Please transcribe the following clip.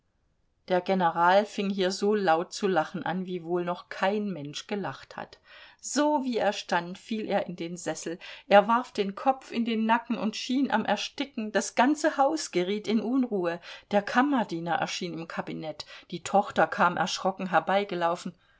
der general fing hier so laut zu lachen an wie wohl noch kein mensch gelacht hat so wie er stand fiel er in den sessel er warf den kopf in den nacken und schien am ersticken das ganze haus geriet in unruhe der kammerdiener erschien im kabinett die tochter kam erschrocken